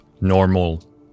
normal